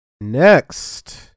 Next